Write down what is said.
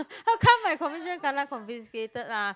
how come my commission kena confiscated lah